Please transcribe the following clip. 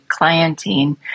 clienting